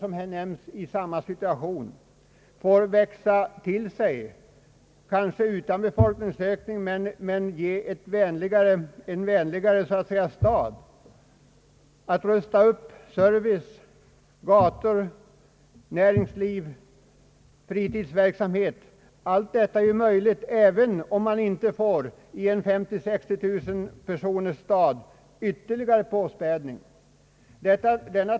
De orter jag har nämnt kan växa till sig, genom upprustning av gator, näringsliv, kulturliv, fritidsverksamhet osv. och utveckla karaktären av vänliga samhällen. En sådan upprustning är ju fullt möjlig utan ytterligare påspädning av folk.